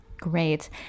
Great